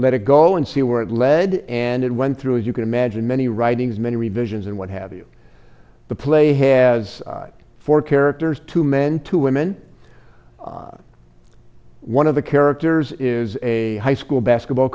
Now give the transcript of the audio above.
let it go and see where it led and it went through as you can imagine many writings many revisions and what have you the play has four characters two men two women one of the characters is a high school basketball